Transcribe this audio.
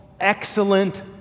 excellent